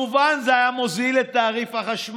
כמובן, זה היה מוזיל את תעריף החשמל.